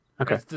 Okay